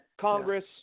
Congress